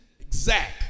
exact